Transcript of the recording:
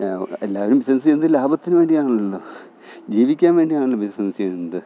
എല്ലാവരും ബിസ്നെസ്സ് ചെയ്യുന്നത് ലാഭത്തിന് വേണ്ടി ആണല്ലോ ജീവിക്കാന് വേണ്ടിയാണല്ലോ ബിസ്നെസ്സ് ചെയ്യുന്നത്